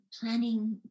planning